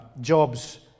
jobs